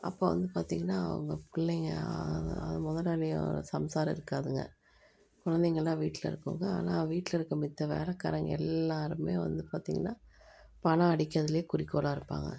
அப்போ வந்து பார்த்தீங்கன்னா அவங்க பிள்ளைங்கள் முதலாளியோட சம்சாரம் இருக்காதுங்க குழந்தைங்கெலாம் வீட்டில் இருக்குங்க ஆனால் வீட்டில் இருக்க மத்த வேலைக்காரங்க எல்லாேருமே வந்து பார்த்தீங்கன்னா பணம் அடிக்கிறதிலே குறிக்கோளாக இருப்பாங்க